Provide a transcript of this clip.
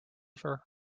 silver